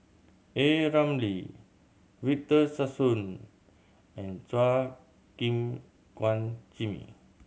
A Ramli Victor Sassoon and Chua Gim Guan Jimmy